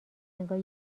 انگار